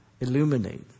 illuminate